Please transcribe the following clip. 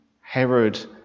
Herod